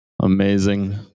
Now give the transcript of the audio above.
amazing